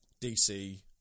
DC